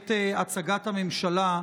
בעת הצגת הממשלה,